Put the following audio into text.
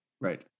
Right